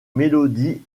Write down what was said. mélodies